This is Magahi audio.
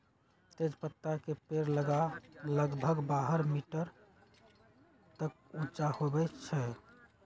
तेजपत्ता के पेड़ लगभग बारह मीटर तक ऊंचा होबा हई